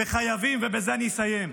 חייבים, ובזה אני אסיים,